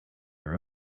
your